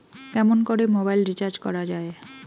কেমন করে mobile recharge করা য়ায়?